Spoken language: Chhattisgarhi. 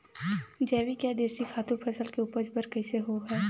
जैविक या देशी खातु फसल के उपज बर कइसे होहय?